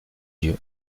yeux